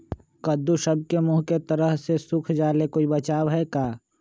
कददु सब के मुँह के तरह से सुख जाले कोई बचाव है का?